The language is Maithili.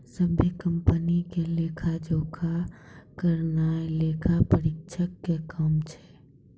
सभ्भे कंपनी के लेखा जोखा करनाय लेखा परीक्षक के काम छै